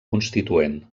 constituent